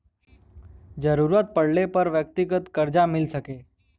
जरूरत पड़ले पर व्यक्तिगत करजा मिल सके